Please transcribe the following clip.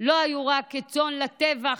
לא היו רק כצאן לטבח,